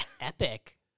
Epic